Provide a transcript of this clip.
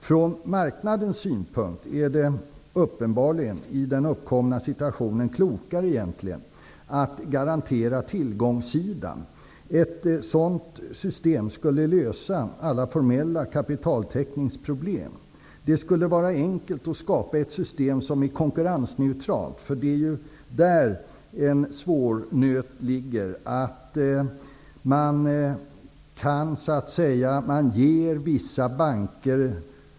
Från marknadens synpunkt är det i den uppkomna situationen egentligen klokare att garantera tillgångssidan. Ett sådant system skulle lösa alla formella kapitaltäckningsproblem. Det skulle vara enkelt att skapa ett system som är konkurrensneutralt, för det är där en svår nöt ligger.